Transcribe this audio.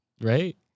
right